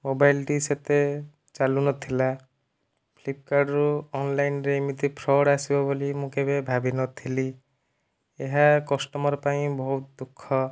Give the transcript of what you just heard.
ମୋବାଇଲ୍ଟି ସେତେ ଚାଲୁ ନଥିଲା ଫ୍ଲିପକାର୍ଟରୁ ଅନଲାଇନ୍ରେ ଏମିତି ଫ୍ରଡ଼୍ ଆସିବ ବୋଲି ମୁଁ କେବେ ଭାବିନଥିଲି ଏହା କଷ୍ଟମର୍ ପାଇଁ ବହୁତ ଦୁଃଖ